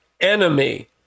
enemy